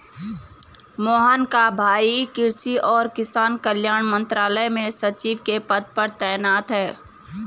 मोहन का भाई कृषि और किसान कल्याण मंत्रालय में सचिव के पद पर तैनात है